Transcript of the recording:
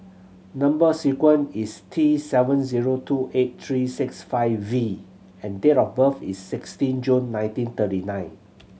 number sequence is T seven zero two eight three six five V and date of birth is sixteen June nineteen thirty nine